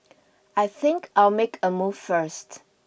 I think I'll make a move first